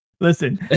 Listen